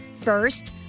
First